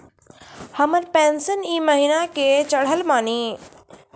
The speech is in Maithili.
हमर पेंशन ई महीने के चढ़लऽ बानी?